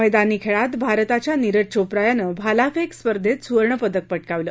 मैदानी खेळात भारताच्या नीरज चोप्रा यानं भालाफेक स्पर्धेत सुवर्णपदक पटकावलं